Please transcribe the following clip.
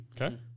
Okay